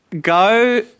go